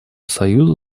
союзу